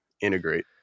integrate